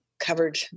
covered